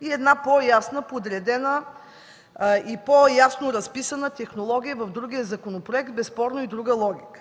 и една подредена и по-ясно разписана технология в другия законопроект – безспорно и друга логика.